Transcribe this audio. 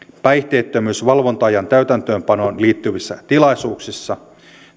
päihteettömyys valvonta ajan täytäntöönpanoon liittyvissä tilaisuuksissa